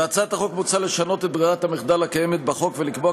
בהצעת החוק מוצע לשנות את ברירת המחדל הקיימת בחוק ולקבוע